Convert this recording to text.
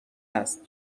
است